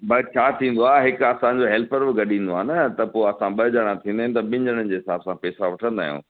but छा थींदो आहे हिकु असां जो हेल्पर बि गॾु ईंदो आहे न त पोइ असां ॿ ॼणा थींदा आहिनि त ॿिनि ॼणनि जे हिसाबु सां पैसा वठंदा आहियूं